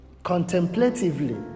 contemplatively